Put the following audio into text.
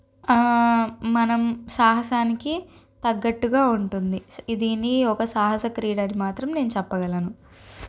మనం సాహసానికి తగ్గట్టుగా ఉంటుంది ఇదిని ఒక సాహస క్రీడని మాత్రం నేను చెప్పగలను